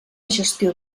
gestió